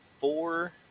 four